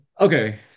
okay